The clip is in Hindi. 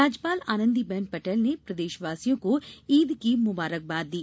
राज्यपाल आनंदीबेन पटेल ने प्रदेशवासियों को ईद की मुबारकबाद दी